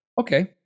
Okay